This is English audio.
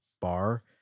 bar